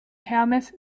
hermes